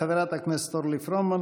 חברת הכנסת אורלי פרומן,